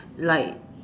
like